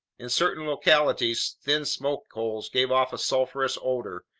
in certain localities thin smoke holes gave off a sulfurous odor,